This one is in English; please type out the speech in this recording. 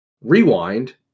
rewind